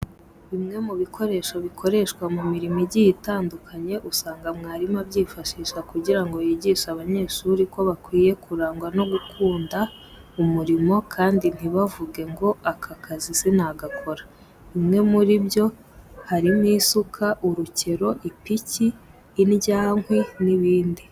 Bimwe mu bikoresho bikoreshwa mu mirimo igiye itandukanye usanga mwarimu abyifashisha kugira ngo yigishe abanyeshuri ko bakwiye kurangwa no gukunda umurimo kandi ntibavuge ngo aka kazi sinagakora. Bimwe muri byo harimo isuka, urukero, ipiki, indyankwi n'ibindi.